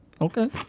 Okay